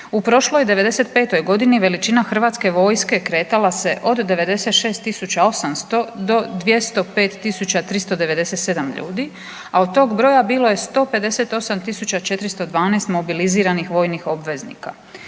U prošloj '95. godini veličina Hrvatske vojske kretala se od 96800 do 205397 ljudi, a od tog broja bilo je 158412 mobiliziranih vojnih obveznika.